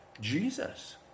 Jesus